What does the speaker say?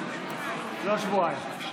לא שבועיים.